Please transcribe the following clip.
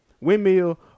Windmill